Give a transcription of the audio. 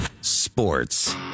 sports